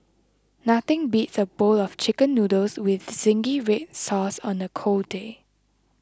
nothing beats a bowl of Chicken Noodles with Zingy Red Sauce on a cold day